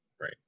right